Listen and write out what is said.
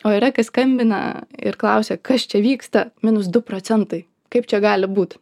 o yra kas skambina ir klausia kas čia vyksta minus du procentai kaip čia gali būt